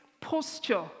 posture